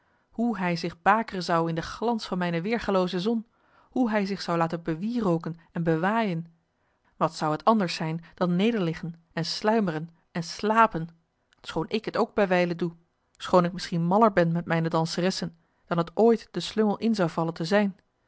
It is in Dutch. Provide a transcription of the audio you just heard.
hoe hij zich bakeren zou in den glans van mijne weergalooze zon hoe hij zich zou laten bewierooken en bewaaijen wat zou het anders zijn dan nederliggen en sluimeren en slapen schoon ik het ook bij wijle doe schoon ik misschien maller ben met mijne danseressen dan het ooit den slungel in zou vallen te zijn